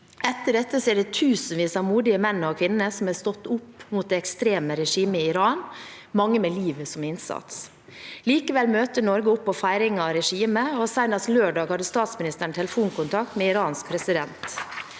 Etter dette er det tusenvis av modige menn og kvinner som har stått opp mot det ekstreme regimet i Iran, mange med livet som innsats. Likevel møter Norge opp på feiringen av regimet, og senest lørdag hadde statsministeren telefonkontakt med Irans president.